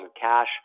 cash